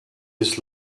his